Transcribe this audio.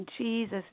Jesus